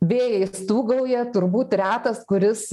vėjai stūgauja turbūt retas kuris